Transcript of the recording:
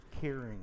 caring